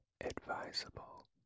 advisable